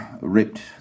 ripped